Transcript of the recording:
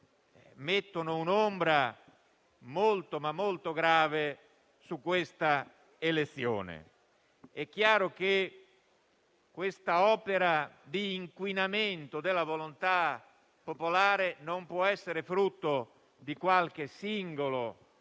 mettono un'ombra molto grave su quella elezione. È chiaro che questa opera di inquinamento della volontà popolare può essere frutto non di qualche singolo